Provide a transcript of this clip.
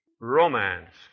romance